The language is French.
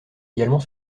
également